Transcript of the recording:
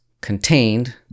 contained